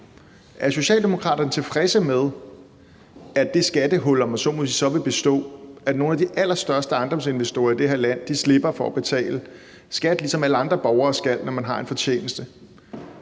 Er Socialdemokraterne tilfredse med, at det skattehul, om man så må sige, så vil bestå, altså at nogle af de allerstørste ejendomsinvestorer i det her land slipper for at betale skat, ligesom alle andre borgere skal, når de har en fortjeneste?